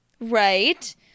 Right